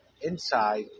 inside